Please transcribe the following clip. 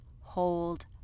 hold